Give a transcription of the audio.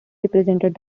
represented